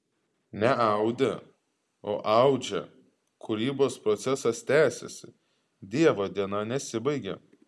ne audė o audžia kūrybos procesas tęsiasi dievo diena nesibaigė